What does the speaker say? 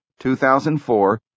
2004